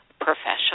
professional